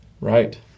Right